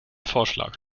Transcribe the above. vorschlag